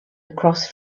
across